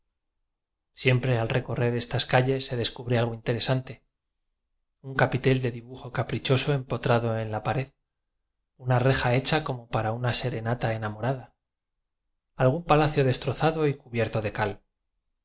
siempre al recorrer estas calles se des cubre algo interesante un capitel de dibu jo caprichoso empotrado en la pared una reja hecha como para una serenata enamomorada algún palacio destrozado y cubier to de cal